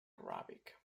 arabic